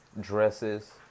dresses